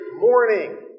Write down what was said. morning